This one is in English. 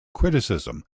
criticism